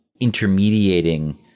intermediating